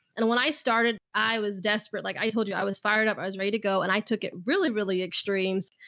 and when i started, i was desperate. like i told you, i was fired up. i was ready to go and i took it really, really extremes.